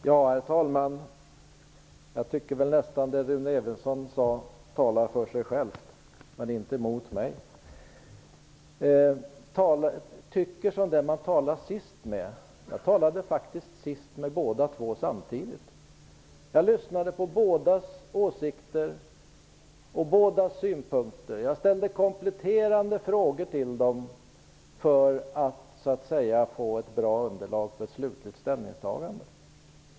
Herr talman! Jag tycker nog att det som Rune Evensson sade talar för sig självt, men inte mot mig. Jag tycker som den jag sist talade med, sade Rune Evensson. Jag talade faktiskt sist med de båda generaldirektörerna samtidigt. Jag lyssnade på bådas åsikter och ställde kompletterande frågor till dem för att få ett bra underlag för ett slutligt ställningstagande.